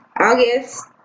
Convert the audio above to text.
August